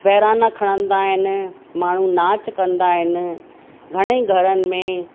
बहिराणा खणंदा आहिनि माण्हू नाच कंदा आहिनि घणेई घरनि में